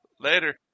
Later